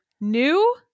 new